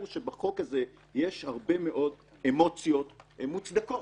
שבחוק הזה יש הרבה מאוד אמוציות מוצדקות.